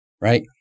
Right